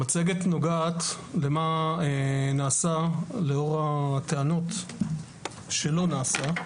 המצגת נוגעת למה שנעשה, לאור הטענות שלא נעשה.